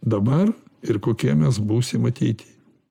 dabar ir kokie mes būsim ateity